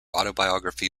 autobiography